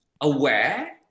aware